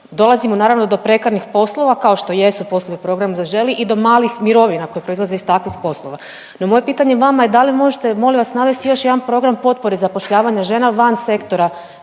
dolazimo naravno do prekarnih poslova kao što jesu poslovi program „Zaželi“ i do malih mirovina koje proizlaze iz takvih poslova. No moje pitanje vama je da li možete molim vas navesti još jedan program potpore zapošljavanja žena van sektora